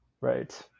Right